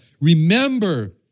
remember